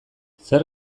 zer